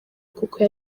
kuko